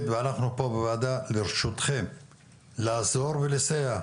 ואנחנו פה בוועדה לרשותכם לעזור ולסייע.